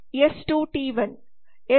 S 2 T 1 S 1 T 1 ರಂತೆಯೇ ಇರುತ್ತದೆ